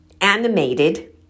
animated